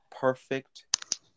perfect